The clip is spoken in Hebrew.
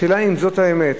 השאלה אם זו האמת,